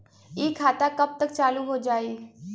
इ खाता कब तक चालू हो जाई?